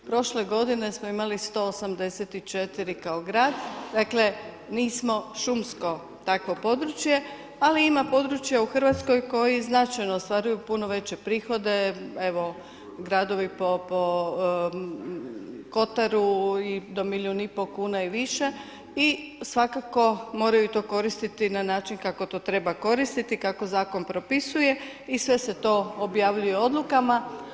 Prošle godine smo imali 184 kao grad, dakle nismo šumsko takvo područje, ali ima područja u Hrvatskoj koji značajno ostvaruju puno veće prihode, evo gradovi po kotaru do milijun i pol kuna i više i svakako moraju to koristiti na način kako to treba koristiti, kako zakon propisuje i sve se to objavljuje odlukama.